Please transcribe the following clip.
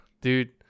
Dude